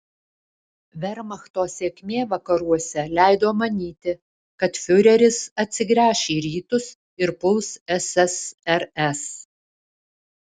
vermachto sėkmė vakaruose leido manyti kad fiureris atsigręš į rytus ir puls ssrs